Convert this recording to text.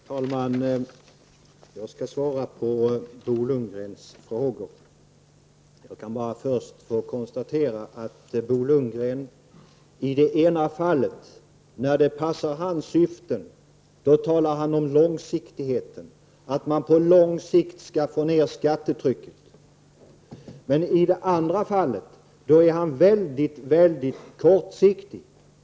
Herr talman! Jag skall svara på Bo Lundgrens frågor. Jag kan först konstatera att Bo Lundgren i det ena fallet, när det passar hans syften, talar om långsiktigheten, om att man på lång sikt skall få ned skattetrycket. Men i det andra fallet, när det gäller finansieringen, är han mycket kortsiktig.